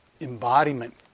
embodiment